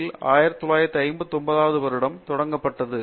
யில் 1959வது வருடம் தொடங்கப்பட்டது